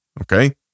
Okay